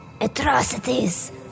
Atrocities